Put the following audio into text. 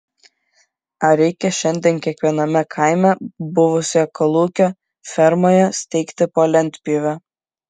ar reikia šiandien kiekviename kaime buvusioje kolūkio fermoje steigti po lentpjūvę